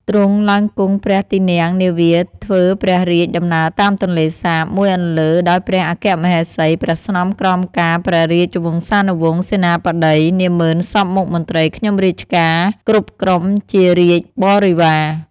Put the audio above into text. ទ្រង់ឡើងគង់ព្រះទីន័ងនាវាធ្វើព្រះរាជដំណើរតាមទន្លេសាប មួយអន្លើដោយព្រះអគ្គមហេសី ព្រះស្នំក្រមការ ព្រះរាជវង្សានុវង្ស សេនាបតី នាហ្មឺនសព្វមុខមន្ត្រីខ្ញុំរាជការគ្រប់ក្រុមជារាជបរិពារ